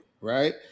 right